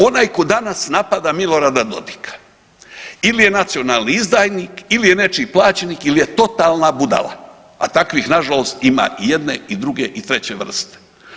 Onaj ko danas napada Milorada Dodika ili je nacionalni izdajnik ili je nečiji plaćenik ili je totalna budala a takvih nažalost ima i jedne i druge i treće vrste.